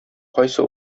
кайсы